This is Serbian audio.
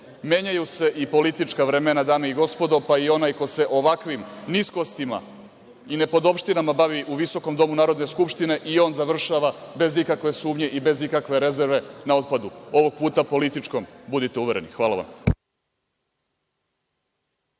menjaju se i politička vremena dame i gospodo, pa i onaj ko se ovakvim niskostima i nepodopštinama bavi u visokom domu Narodne skupštine i on završava bez ikakve sumnje i bez ikakve rezerve, na otpadu. Ovog puta političkom, budite uvereni. Hvala.